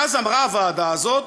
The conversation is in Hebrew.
ואז אמרה הוועדה הזאת,